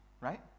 right